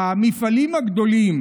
המפעלים הגדולים